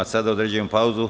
Sada određujem pauzu.